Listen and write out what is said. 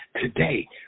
today